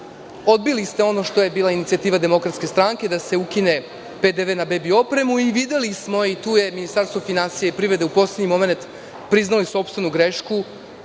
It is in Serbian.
odbili ste ono što je bila inicijativa DS da se ukine PDV na bebi opremu i videli smo i tu je Ministarstvo finansija i privrede u poslednji momenat priznali sopstvenu grešku,